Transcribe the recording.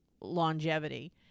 longevity